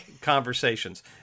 conversations